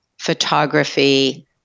photography